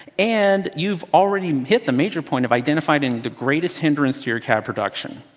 and you've already hit the major point of identifying the greatest hindrance to your cad production.